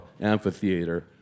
Amphitheater